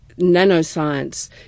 nanoscience